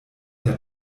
der